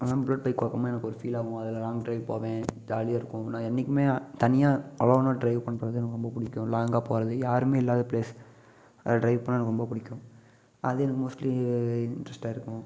அதனால் bullet bike பார்க்கும்மோது எனக்கு ஒரு ஃபீல் ஆவும் அதில் லாங் டிரைவ் போவேன் ஜாலியாக இருக்கும் நான் என்னைக்குமே தனியாக அலோனாக ட்ரைவ் பண்ணுறது எனக்கு ரொம்ப பிடிக்கும் லாங்காக போகறது யாருமே இல்லாத ப்ளேஸ் அதில் டிரைவ் பண்ண எனக்கு ரொம்ப பிடிக்கும் அது எனக்கு மோஸ்ட்லி இன்ட்ரெஸ்ட்டாக இருக்கும்